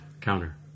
Counter